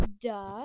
duh